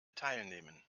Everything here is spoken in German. teilnehmen